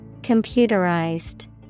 Computerized